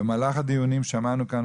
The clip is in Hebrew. במהלך הדיונים שמענו כאן,